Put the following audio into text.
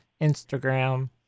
Instagram